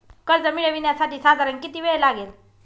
कर्ज मिळविण्यासाठी साधारण किती वेळ लागेल?